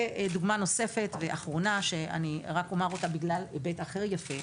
דוגמה נוספת ואחרונה שאומר בגלל היבט יפה אחר.